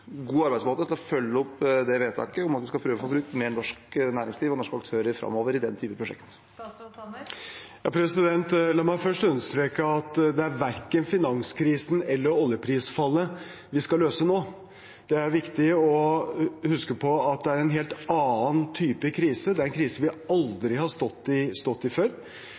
god arbeidsmåte for å følge opp vedtaket om at vi skal prøve å bruke norsk næringsliv og flere norske aktører framover i den typen prosjekter? La meg først understreke at det verken er finanskrisen eller oljeprisfallet vi skal løse nå. Det er viktig å huske på at dette er en helt annen type krise. Det er en krise vi aldri har stått i før,